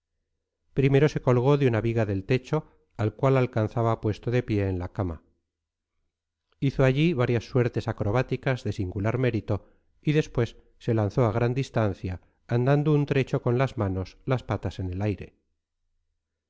primero se colgó de una viga del techo al cual alcanzaba puesto de pie en la cama hizo allí varias suertes acrobáticas de singular mérito y después se lanzó a gran distancia andando un trecho con las manos las patas en el aire